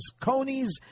conies